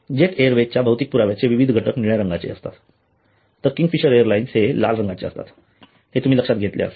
jet एअरवेजच्या भौतिक पुराव्याचे विविध घटक निळ्या रंगाचे असतात तर किंगफिशर एअरलाइन्ससाठी हे लाल रंगाचे असतात हे तुम्ही लक्षात घेतले असेल